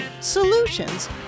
solutions